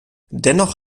dennoch